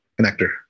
connector